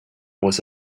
was